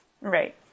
Right